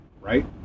right